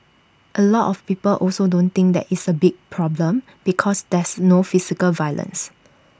A lot of people also don't think that it's A big problem because there's no physical violence